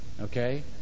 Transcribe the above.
Okay